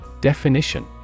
Definition